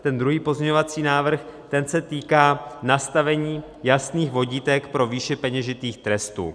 Ten druhý pozměňovací návrh se týká nastavení jasných vodítek pro výši peněžitých trestů.